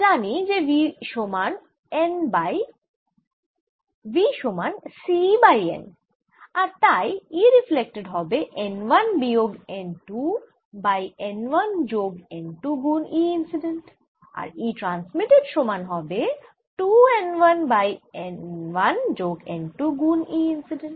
আমরা জানি যে v সমান c বাই n আর তাই E রিফ্লেক্টেড হবে n 1 বিয়োগ n 2 বাই n 1 যোগ n 2 গুন E ইন্সিডেন্ট আর E ট্রান্সমিটেড সমান 2 n 1 বাই n 1 যোগ n 2 গুন E ইন্সিডেন্ট